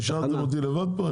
השארתם אותי לבד פה?